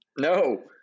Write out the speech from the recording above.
No